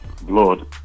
blood